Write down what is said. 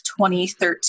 2013